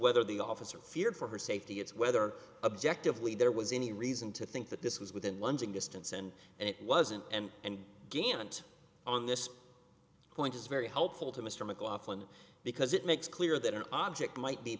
whether the officer feared for her safety it's whether objectively there was any reason to think that this was within lunging distance and and it wasn't and and gantt on this point is very helpful to mr mclaughlin because it makes clear that an object might be